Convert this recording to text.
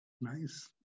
nice